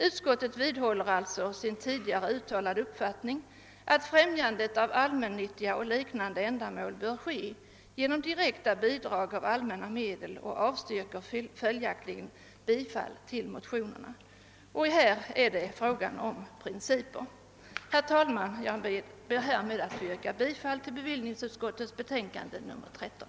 Utskottet vidhåller sin tidigare uttalade uppfattning att allmännyttiga och liknande ändamål främjas bäst genom direkta bidrag av allmänna medel. Utskottet har därför avstyrkt motionerna. Här är det fråga om principer. Herr talman! Med det anförda ber jag att få yrka bifall till bevillningsutskottets hemställan i dess betänkande nr 13.